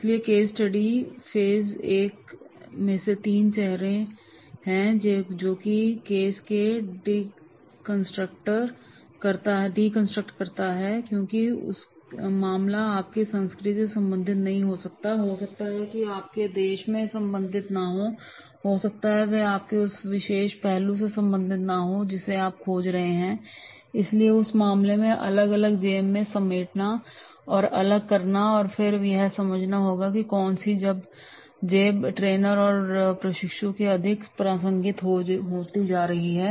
इसलिए case study phase एक में तीन चेहरे हैं जो कि केस को डिकंस्ट्रक्ट करता है क्योंकि मामला आपकी संस्कृति से संबंधित नहीं हो सकता है हो सकता है कि आपके देश से संबंधित न हो हो सकता है कि वह आपके उस विशेष पहलू से संबंधित न हो जिसे आप खोज रहे हैं और इसलिए उस मामले को अलग अलग जेब में समेटना और अलग करना है और फिर हमें यह समझना होगा कि कौन सी जेब ट्रेनर और प्रशिक्षु के लिए अधिक प्रासंगिक होती जा रही है